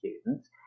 students